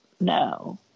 No